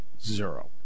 Zero